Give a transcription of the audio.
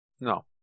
No